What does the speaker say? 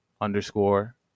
underscore